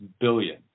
billion